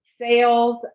sales